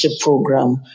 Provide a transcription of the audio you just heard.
program